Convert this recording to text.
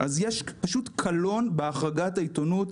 אז יש פשוט קלון בהחרגת העיתונות.